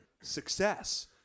success